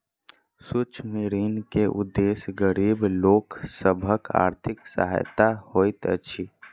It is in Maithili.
सूक्ष्म ऋण के उदेश्य गरीब लोक सभक आर्थिक सहायता होइत अछि